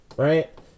right